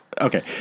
Okay